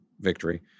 victory